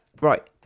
right